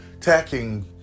tacking